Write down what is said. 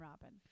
Robin